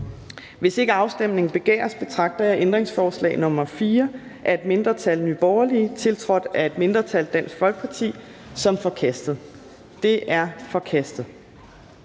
Hvis ikke afstemning begæres, betragter jeg ændringsforslag nr. 4 af et mindretal (NB), tiltrådt af et mindretal (DF) som forkastet. Det er forkastet.